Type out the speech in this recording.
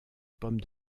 pommes